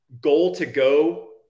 goal-to-go